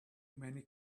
many